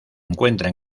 encuentra